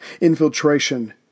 Infiltration